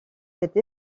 cette